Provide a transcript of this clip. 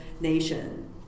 nation